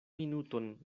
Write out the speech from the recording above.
minuton